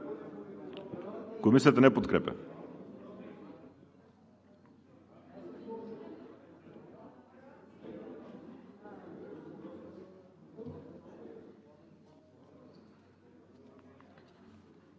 Комисията не подкрепя